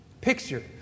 Picture